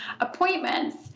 appointments